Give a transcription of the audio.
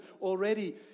already